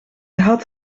had